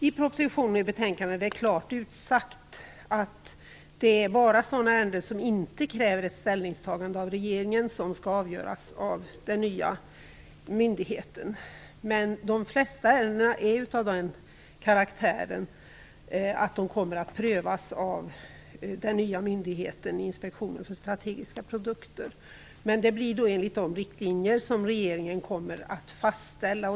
I propositionen och i betänkandet är det klart utsagt att det bara är sådana ärenden som inte kräver ett ställningstagande av regeringen som skall avgöras av den nya myndigheten. Men de flesta ärendena är av den karaktären att de kommer att prövas av den nya myndigheten, Inspektionen för strategiska produkter. Men de skall då prövas enligt de riktlinjer som regeringen kommer att fastställa.